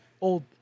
old